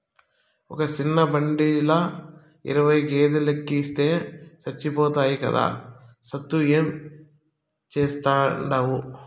ఒక సిన్న బండిల ఇరవై గేదేలెనెక్కిస్తే సచ్చిపోతాయి కదా, సూత్తూ ఏం చేస్తాండావు